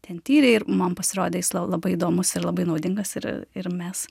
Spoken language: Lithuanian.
ten tyrė ir man pasirodė jis la labai įdomus ir labai naudingas ir ir mes